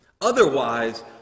Otherwise